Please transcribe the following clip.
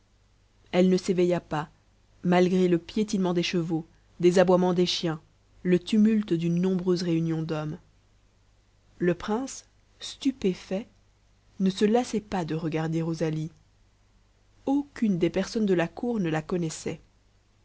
elle ne s'éveillait pas malgré le piétinement des chevaux des aboiements des chiens le tumulte d'une nombreuse réunion d'hommes le prince stupéfait ne se lassait pas de regarder rosalie aucune des personnes de la cour ne la connaissait